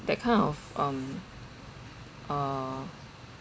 that kind of um uh